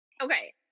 Okay